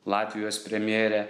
latvijos premjerė